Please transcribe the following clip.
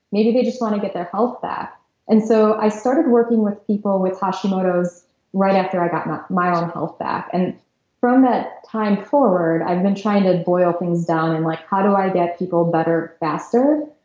maybe they just want to get their health back and so i started working with people with hashimoto's right after i got my my own health back. and from that time forward, i've been trying to boil things down and like, how do i get people better faster?